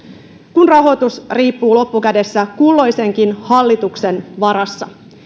kun rahoitus riippuu loppukädessä kulloisenkin hallituksen varassa